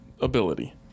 ability